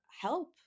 help